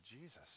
Jesus